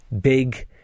big